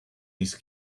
his